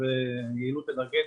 של יעילות אנרגטית,